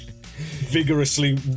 vigorously